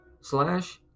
slash